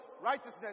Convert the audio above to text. righteousness